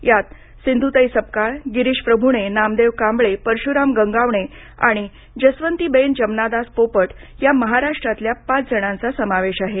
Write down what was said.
यात सिंधुताई सपकाळ गिरीश प्रभुणे नामदेव कांबळे परशु्राम गंगावणे आणि जसवंतीबेन जमनादास पोपट या महाराष्ट्रातल्या पाच जणांचा समावेश आहे